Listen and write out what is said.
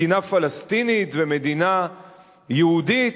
מדינה פלסטינית ומדינה יהודית,